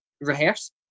rehearse